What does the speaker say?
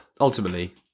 ultimately